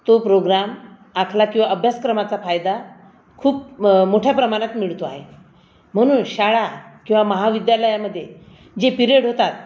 तो प्रोग्राम आतला किंवा अभ्यासक्रमाचा फायदा खूप मोठ्या प्रमाणात मिळतो आहे म्हणून शाळा किंवा महाविद्यालयामध्ये जे पिरेड होतात